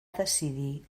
decidir